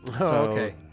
Okay